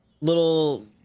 little